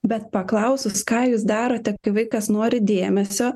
bet paklausus ką jūs darote kai vaikas nori dėmesio